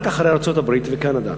רק אחרי ארצות-הברית וקנדה.